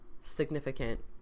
significant